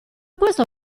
questo